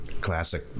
classic